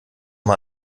mal